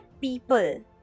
people